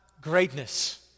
greatness